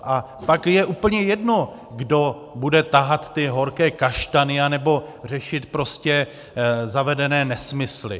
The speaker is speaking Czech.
A pak je úplně jedno, kdo bude tahat ty horké kaštany anebo řešit prostě zavedené nesmysly.